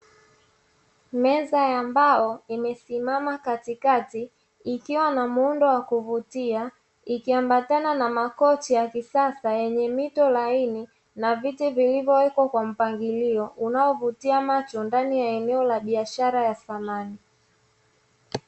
Meza ya mbao imesimama katikati ikiwa na muundo wa kuvutia ,ikiambatana na makochi ya kisasa yenye mito laini na viti vilivyowekwa kwa mpangilio, unaovutia macho ndani ya eneo la biashara ya samani.